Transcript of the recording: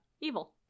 evil